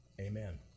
Amen